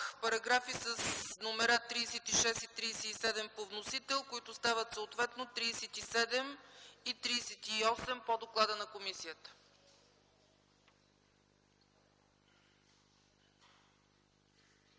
параграфите с номера 36 и 37 по вносител, които стават съответно § 37 и 38 по доклада на комисията.